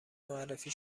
معرفی